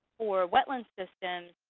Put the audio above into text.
for wetland systems,